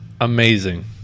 amazing